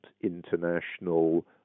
international